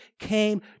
came